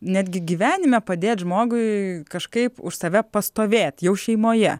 netgi gyvenime padėt žmogui kažkaip už save pastovėt jau šeimoje